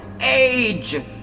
Age